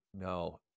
no